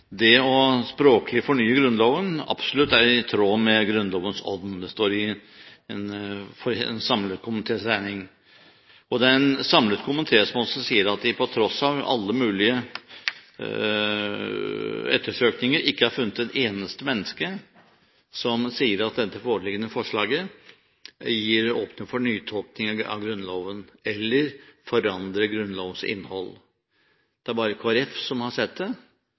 det å fornye Grunnloven språklig, absolutt er i tråd med Grunnlovens ånd. Det står for en samlet komités regning. Det er en samlet komité som også sier at de på tross av alle mulige ettersøkninger ikke har funnet et eneste menneske som sier at det foreliggende forslaget åpner for nytolkninger av Grunnloven eller forandrer Grunnlovens innhold. Det er bare Kristelig Folkeparti som har sett det.